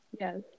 Yes